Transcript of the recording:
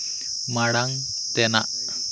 ᱢᱟᱲᱟᱝ ᱛᱮᱱᱟᱜ